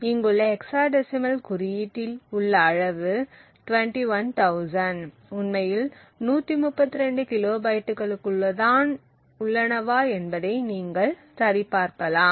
இங்குள்ள ஹெக்சாடெசிமல் குறியீட்டில் உள்ள அளவு 21000 உண்மையில் 132 கிலோபைட்டுகளுக்குள்தான் உள்ளனவா என்பதை நீங்கள் சரிபார்க்கலாம்